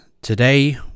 Today